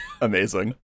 amazing